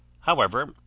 however,